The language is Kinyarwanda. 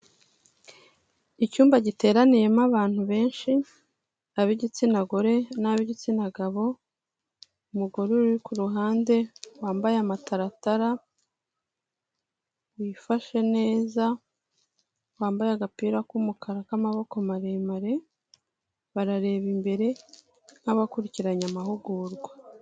Icyumba giteraniyemo abantu benshi ab'igitsina gore n'ab'igitsina gabo, umugore uri ku ruhande wambaye amataratara, wifashe neza wambaye agapira k'umukara k'amaboko maremare; barareba imbere nk'abakurikiranye amahugurwa.